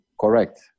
correct